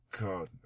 God